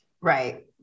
Right